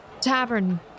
tavern